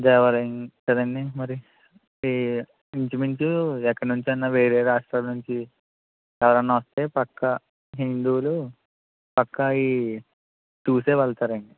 దేవాలయం కదండి మరి ఇ ఇంచుమించు ఎక్కడ నుంచైనా వేరే రాష్ట్రాల నుంచి ఎవరన్నా వస్తే పక్కా హిందువులు పక్కా ఈ చూసే వెళ్తారండి